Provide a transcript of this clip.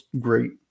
great